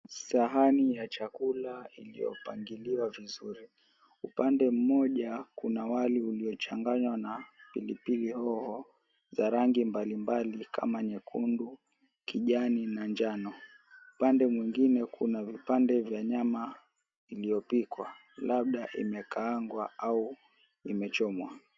Sahani ya chakula iliopangiliwa vizuri. Upande mmoja kuna wali uliochanganywa na pilipili hoho za rangi mbalimbali kama nyekundu, kijani na njano. Upande mwingine kuna vipande vya nyama iliopikwa, labda imekaangwa au imechomwa.